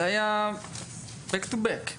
זה היה back to back.